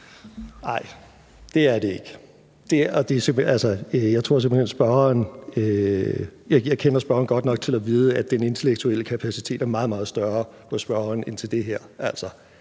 Nej, det er det ikke. Jeg kender medspørgeren godt nok til at vide, at den intellektuelle kapacitet er meget, meget større